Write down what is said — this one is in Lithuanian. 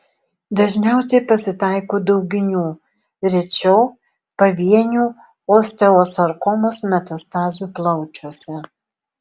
dažniausiai pasitaiko dauginių rečiau pavienių osteosarkomos metastazių plaučiuose